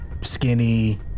skinny